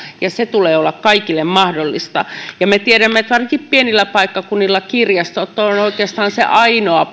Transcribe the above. ja sen tulee olla kaikille mahdollista me tiedämme että varsinkin pienillä paikkakunnilla kirjastot ovat oikeastaan se ainoa